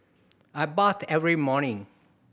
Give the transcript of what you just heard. I bath every morning